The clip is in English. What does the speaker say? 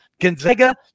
Gonzaga